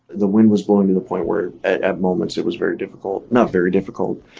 the wind was blowing to the point where, at moments, it was very difficult not very difficult,